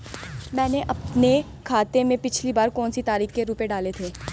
मैंने अपने खाते में पिछली बार कौनसी तारीख को रुपये डाले थे?